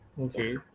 okay